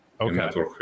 okay